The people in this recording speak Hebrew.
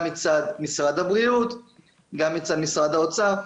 גם מצד משרד הבריאות וגם מצד משרד האוצר.